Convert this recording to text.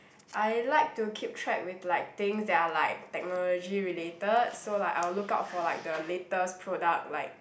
I like to keep track with like things that are like technology related so like I will look out for like the latest product like